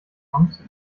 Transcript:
kommst